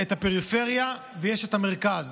פריפריה ויש מרכז.